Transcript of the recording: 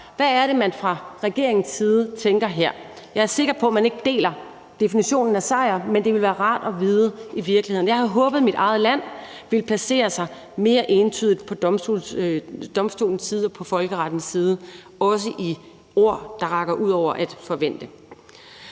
Hvad er det, man fra regeringens side tænker her? Jeg er sikker på, man ikke deler definitionen af sejr, men det ville være rart at vide i virkeligheden. Jeg havde håbet, at mit eget land ville placere sig mere entydigt på domstolens side og på folkerettens side, også i ord, der rækker ud over, at man forventer.